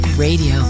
Radio